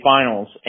Finals